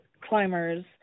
climbers